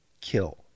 kill